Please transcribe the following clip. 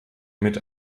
mit